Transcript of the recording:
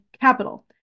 capital